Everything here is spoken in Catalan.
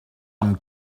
amb